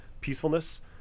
peacefulness